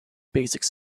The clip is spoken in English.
basics